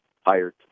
hired